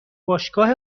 باشگاه